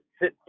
sit